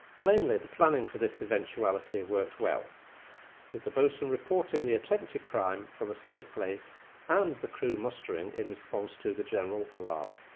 plainly the planning for this eventuality worked well with the bosun reporting the attempted crime from a safe place and the crew mustering in response to the general alarm.